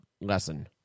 lesson